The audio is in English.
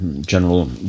General